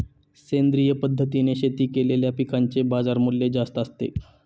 सेंद्रिय पद्धतीने शेती केलेल्या पिकांचे बाजारमूल्य जास्त असते